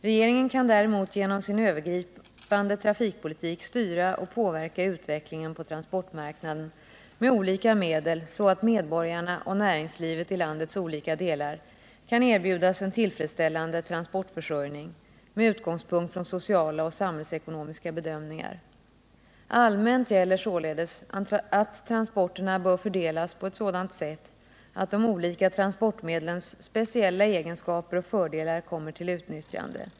Regeringen kan däremot genom sin övergripande trafikpolitik styra och påverka utvecklingen på transportmarknaden med olika medel så att medborgarna och näringslivet i landets olika delar kan erbjudas en tillfredsställande transportförsörjning med utgångspunkt i sociala och samhällsekonomiska bedömningar. Allmänt gäller således att transporterna bör fördelas på ett sådant sätt att de olika transportmedlens speciella egenskaper och fördelar kommer till utnyttjande.